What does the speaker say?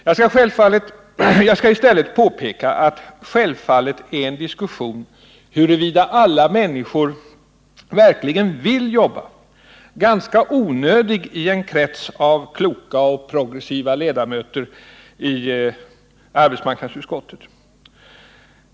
Jag skall i stället påpeka att självfallet är en diskussion om huruvida alla människor verkligen vill jobba ganska onödig i en krets av kloka och progressiva ledamöter i arbetsmarknadsutskottet.